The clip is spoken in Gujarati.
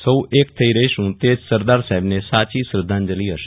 સો એક થઇ રહેશું તે જ સરદાર સાહેબને સાચી શ્રદ્ધાંજલિ હશે